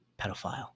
pedophile